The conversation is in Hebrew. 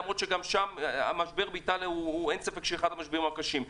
ואין ספק שהמשבר באיטליה הוא אחד המשברים הקשים.